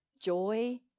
Joy